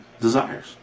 desires